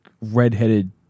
redheaded